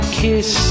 kiss